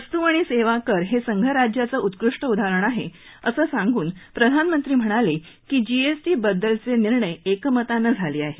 वस्तू आणि सेवा कर हे संघराज्याचं उत्कृष्ट उदाहरण आहे असं सांगून प्रधानमंत्री म्हणाले की जीएसटी बद्दलचे निर्णय एकमतानं झाले आहेत